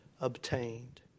obtained